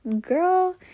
girl